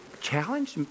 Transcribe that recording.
challenge